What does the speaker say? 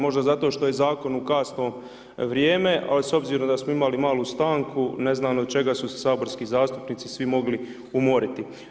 Možda zato što je zakon u kasni vrijeme ali s obzirom da smo imali malu stanku, ne znam od čega su se saborski zastupnici svi mogli umoriti.